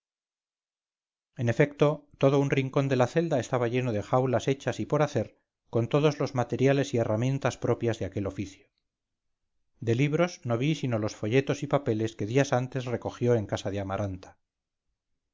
en efecto todo un rincón de la celda estaba lleno de jaulas hechas y por hacer con todoslos materiales y herramientas propias de aquel oficio de libros no vi sino los folletos y papeles que días antes recogió en casa de amaranta